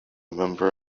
member